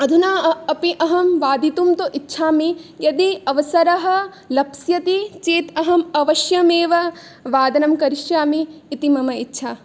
अधुना अपि अहं वादितुं तु इच्छामि यदि अवसरः लप्स्यति चेत् अहम् अवश्यमेव वादनं करिष्यामि इति मम इच्छा